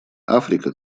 африка